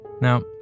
Now